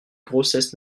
grossesses